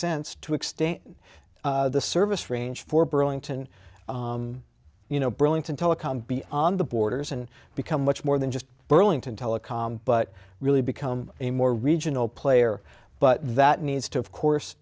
extend the service range for burlington you know burlington telecom be on the borders and become much more than just burlington telecom but really become a more regional player but that needs to of course